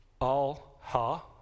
Al-ha